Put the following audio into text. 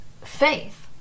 faith